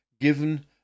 given